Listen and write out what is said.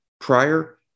prior